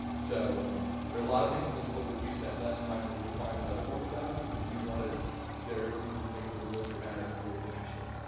so um there are a lot of things in this book where we spent less time than you'll find than other books about them because we wanted there be the things that were really dramatic and really interesting.